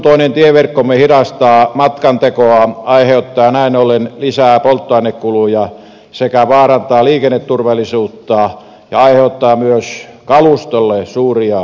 huonokuntoinen tieverkkomme hidastaa matkantekoa aiheuttaen näin ollen lisää polttoainekuluja sekä vaarantaa liikenneturvallisuutta ja aiheuttaa myös kalustolle suuria lisäkustannuksia